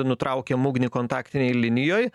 nutraukėm ugnį kontaktinėj linijoj